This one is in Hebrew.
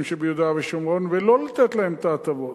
שביהודה ושומרון ולא לתת להם את ההטבות.